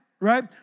right